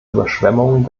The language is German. überschwemmungen